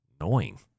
Annoying